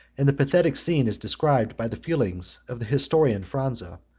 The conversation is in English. and the pathetic scene is described by the feelings of the historian phranza,